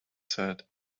said